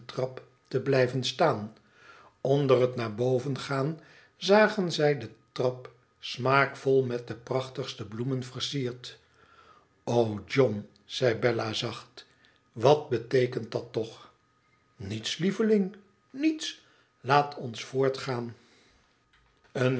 te blijven staan onder het naar boven gaan zagen zij de trap smaakvol met de prachtigste bloemen versierd john zei bella zacht t wat beteekent dat toch v niets lieveling niets liaat ons voortgaan